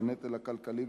בנטל הכלכלי,